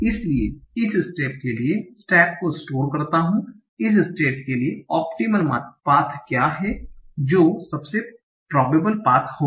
इसलिए इस स्टेप के लिए स्टेप को स्टोर करता हु इस स्टेट के लिए ओपटीमल पाथ क्या है जो सबसे प्रोबेबल पाथ होंगा